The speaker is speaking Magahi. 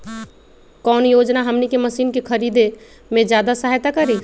कौन योजना हमनी के मशीन के खरीद में ज्यादा सहायता करी?